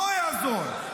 לא יעזור.